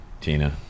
Tina